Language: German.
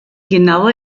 genaue